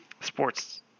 sports